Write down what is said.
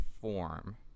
form